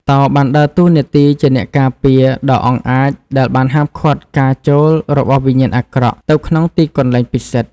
តោបានដើរតួនាទីជាអ្នកការពារដ៏អង់អាចដែលបានហាមឃាត់ការចូលរបស់វិញ្ញាណអាក្រក់ទៅក្នុងទីកន្លែងពិសិដ្ឋ។